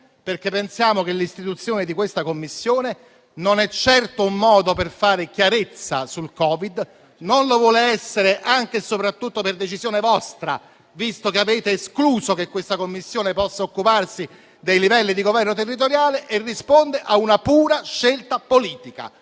perché pensiamo che l'istituzione di questa Commissione non sia certo un modo per fare chiarezza sul Covid; non lo vuole essere anche e soprattutto per decisione vostra, visto che avete escluso che questa Commissione potesse occuparsi anche dei livelli di governo territoriale. Essa risponde a una pura scelta politica,